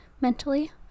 mentally